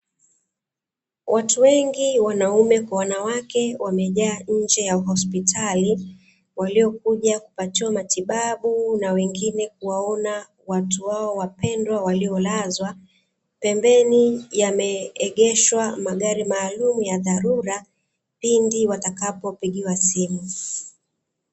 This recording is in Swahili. Watu wengi wanaume kwa wanawake wamejaa nje ya hospitali, waliokuja kupatiwa matibabu na wengine kuwaona watu wao wapendwa waliolazwa, pembeni yameegeshwa magari maalumu ya dharula pindi watakapo pigiwa simu.